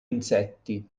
insetti